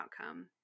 outcome